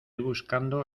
buscando